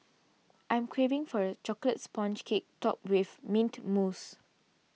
I am craving for a Chocolate Sponge Cake Topped with Mint Mousse